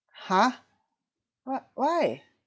!huh! but why